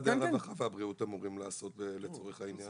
מה משרדי הרווחה והבריאות אמורים לעשות לצורך העניין?